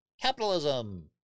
Capitalism